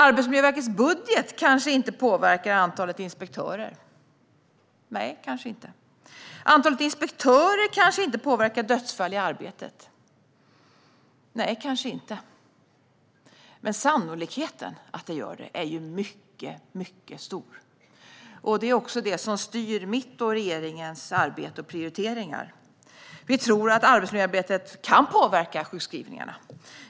Arbetsmiljöverkets budget kanske inte påverkar antalet inspektörer. Nej, kanske inte. Antalet inspektörer kanske inte påverkar dödsfallen i arbetet. Nej, kanske inte. Men sannolikheten för att så är fallet är mycket stor, och det är det som styr mitt och regeringens arbete och våra prioriteringar. Vi tror att arbetsmiljöarbetet kan påverka sjukskrivningarna.